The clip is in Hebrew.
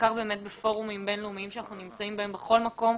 בעיקר באמת בפורומים בין-לאומיים שאנחנו נמצאים בהם בכל מקום.